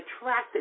attracted